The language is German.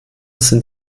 sind